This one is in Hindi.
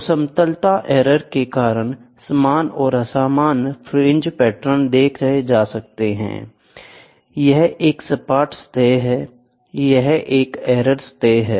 तो समतलता एरर के कारण समान और असमान फ्रिंज पैटर्न देखे जा सकते हैं यह एक सपाट सतह है यह एक एरर सतह है